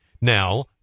now